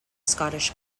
scottish